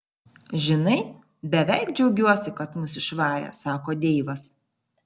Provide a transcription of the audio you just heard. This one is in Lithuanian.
žinai beveik džiaugiuosi kad mus išvarė sako deivas